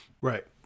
Right